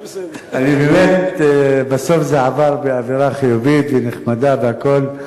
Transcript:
בסוף זה עבר באווירה חיובית ונחמדה והכול.